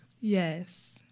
Yes